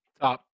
Top